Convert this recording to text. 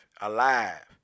alive